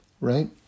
right